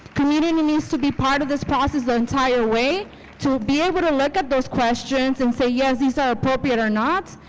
community needs to be part of this process, the entire way to be able to look at those questions and say yes, these are appropriate or not.